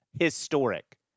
historic